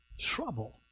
trouble